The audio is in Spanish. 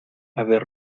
haber